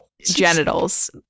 genitals